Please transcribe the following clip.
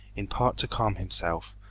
in part to calm himself,